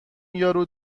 یارو